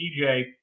TJ